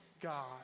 God